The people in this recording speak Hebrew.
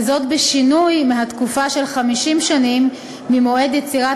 וזאת בשינוי מהתקופה של 50 שנים ממועד יצירת